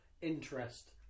interest